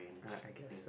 uh I guess so